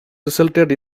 resulted